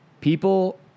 people